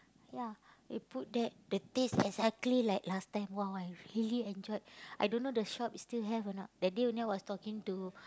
ya they put that the taste exactly like last time !wow! I really enjoyed I don't know the shop is still have or not that day only I was talking to